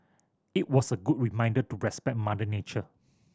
it was a good reminder to respect mother nature